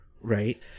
right